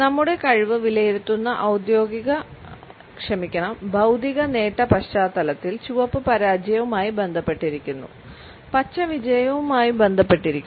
നമ്മുടെ കഴിവ് വിലയിരുത്തുന്ന ബൌദ്ധിക നേട്ട പശ്ചാത്തലത്തിൽ ചുവപ്പ് പരാജയവുമായി ബന്ധപ്പെട്ടിരിക്കുന്നു പച്ച വിജയവുമായി ബന്ധപ്പെട്ടിരിക്കുന്നു